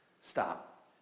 stop